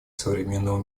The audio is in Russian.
современного